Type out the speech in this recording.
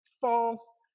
false